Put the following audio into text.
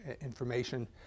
information